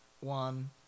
one